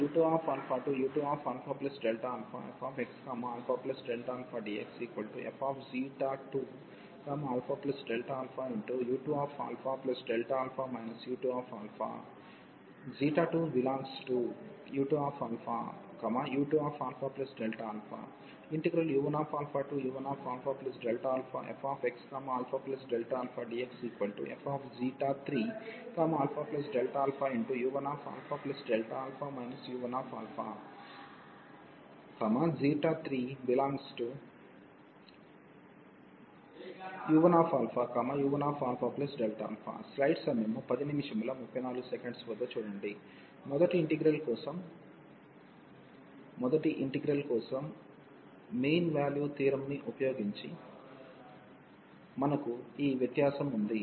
u2u2αfxαdxf2αΔαu2αΔα u2 ξ2u2u2αΔα u1u1αΔαfxαΔαdxf3αΔαu1αΔα u1 3u1u1αΔα మొదటి integral కోసం mean value theorem ని ఉపయోగించి మనకు ఈ వ్యత్యాసం ఉంది